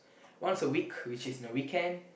once a week which is in the weekend